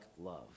love